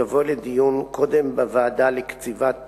יבוא קודם לדיון בוועדה לקציבת